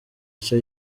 nshya